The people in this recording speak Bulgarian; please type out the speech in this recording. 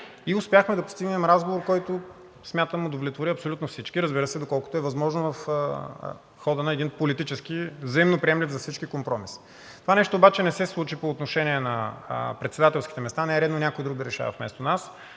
и успяхме да постигнем разговор, който, смятам, удовлетвори абсолютно всички, разбира се, доколкото е възможно в хода на един политически, взаимноприемлив за всички компромис. Това нещо обаче не се случи по отношение на председателските места. Не е редно някой друг да решава вместо нас,